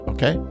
Okay